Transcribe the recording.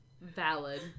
Valid